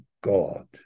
God